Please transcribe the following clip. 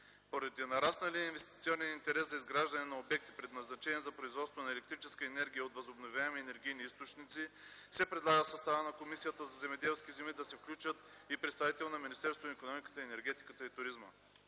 Поради нарасналия инвестиционен интерес за изграждане на обекти, предназначени за производство на електрическа енергия от възобновяеми енергийни източници, се предлага в състава на Комисията за земеделските земи да се включи и представител на Министерството на икономиката, енергетиката и туризма.